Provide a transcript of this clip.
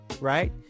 Right